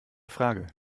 frage